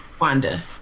Wanda